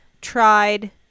tried